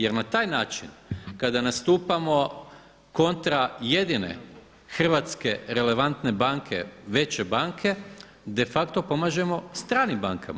Jer na taj način kada nastupamo kontra jedine hrvatske relevantne banke, veće banke de facto pomažemo stranim bankama.